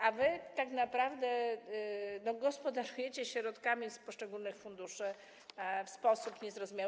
A wy tak naprawdę gospodarujecie środkami z poszczególnych funduszy w sposób niezrozumiały.